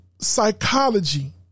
Psychology